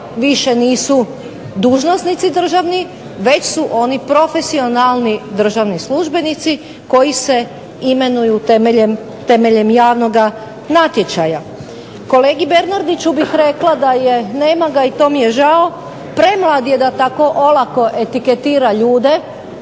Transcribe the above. nisu dužnosnici državni već su oni profesionalni državni službenici koji se imenuju temeljem javnog natječaja. Kolegi Bernardiću bih rekla, nema ga i to mi je žao, premlad je da tako olako etiketira ljude,